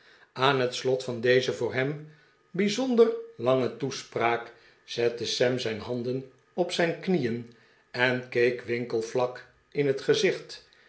aan het slot van deze voor hem bijzonder lange toespraak zette sam zijn handen op zijn knieen en keek winkle vlak in het gezicht